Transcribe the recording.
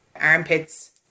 armpits